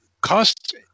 cost